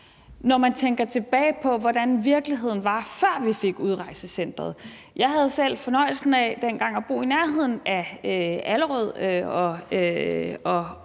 når man tænker tilbage på, hvordan virkeligheden var, før vi fik udrejsecenteret. Jeg havde dengang selv fornøjelsen af at bo i nærheden af Allerød og